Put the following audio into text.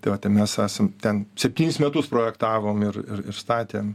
tai va ten mes esam ten septynis metus projektavom ir ir ir statėm